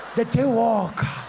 the daywalker.